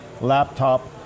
laptop